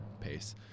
pace